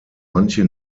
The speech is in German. manche